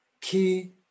key